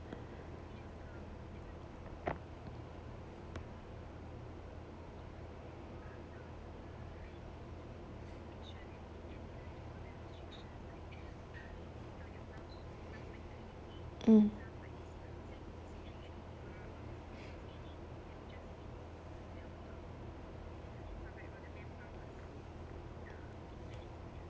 mm